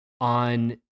on